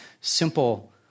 simple